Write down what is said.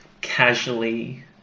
casually